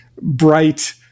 bright